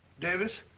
davis?